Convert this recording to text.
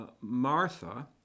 Martha